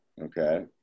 Okay